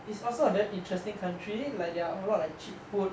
it's also a very interesting country like there are a lot of cheap food